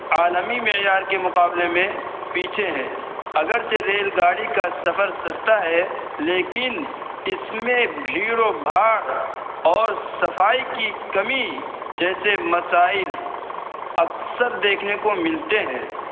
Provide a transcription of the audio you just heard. عالمی معیار کے مقابلے میں پیچھے ہے اگرچہ ریل گاڑی کا سفر سستا ہے لیکن اس میں بھیڑ و بھاڑ اور صفائی کی کمی جیسے مسائل اکثر دیکھنے کو ملتے ہیں